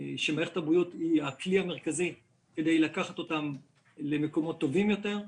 שמערכת הבריאות היא הכלי המרכזי כדי לקחת אותם למקומות טובים יותר,